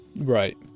Right